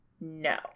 no